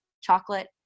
chocolate